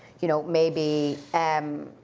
you know, maybe um